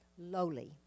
lowly